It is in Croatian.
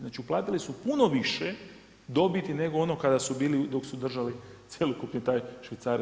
Znači uplatili su puno više dobiti nego ono kada su bili, dok su držali cjelokupni taj švicarac.